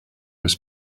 was